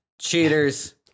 Cheaters